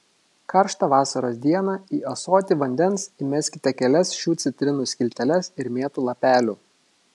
karštą vasaros dieną į ąsotį vandens įmeskite kelias šių citrinų skilteles ir mėtų lapelių